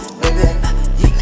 baby